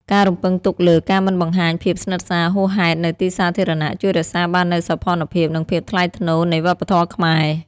ការរំពឹងទុកលើ "ការមិនបង្ហាញភាពស្និទ្ធស្នាលហួសហេតុនៅទីសាធារណៈ" ជួយរក្សាបាននូវសោភ័ណភាព និងភាពថ្លៃថ្នូរនៃវប្បធម៌ខ្មែរ។